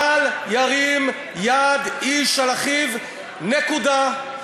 בל ירים יד איש על אחיו, נקודה.